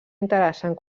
interessant